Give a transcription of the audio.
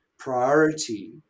priority